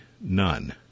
none